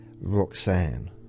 Roxanne